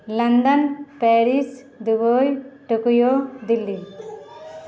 London Paris Dubai Tokyo Delhi